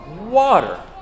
Water